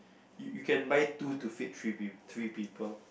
you you can buy two to feed three peo~ three people